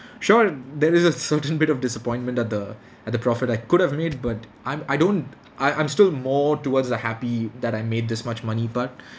sure there is a certain bit of disappointment at the at the profit I could have made but I'm I don't I I'm still more towards the happy that I made this much money but